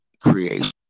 creation